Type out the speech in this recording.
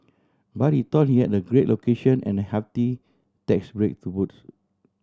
but he thought he had a great location and a hefty tax break to boots